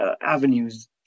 avenues